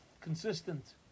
consistent